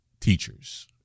teachers